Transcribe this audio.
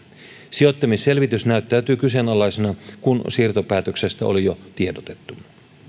sijoittamisselvitys näyttäytyy kyseenalaisena kun siirtopäätöksestä oli jo tiedotettu